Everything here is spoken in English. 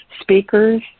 speakers